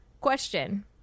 Question